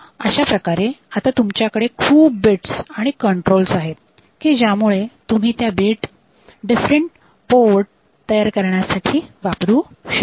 अशाप्रकारे आता तुमच्याकडे खूप बिट्स आणि कंट्रोल्स आहेत की ज्यामुळे तुम्ही त्या बीट डिफरंट पोर्ट तयार करण्यासाठी वापरू शकता